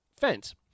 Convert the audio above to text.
fence